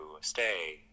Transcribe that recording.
stay